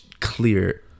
clear